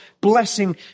blessing